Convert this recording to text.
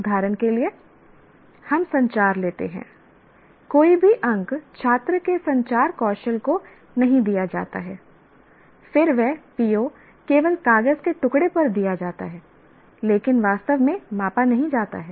उदाहरण के लिए हम संचार लेते हैं कोई भी अंक छात्र के संचार कौशल को नहीं दिया जाता है फिर वह PO केवल कागज के टुकड़े पर दिया जाता है लेकिन वास्तव में मापा नहीं जाता है